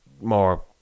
more